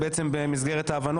הוא בעצם סוג של אזרח.